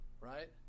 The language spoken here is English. right